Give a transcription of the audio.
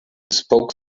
spoke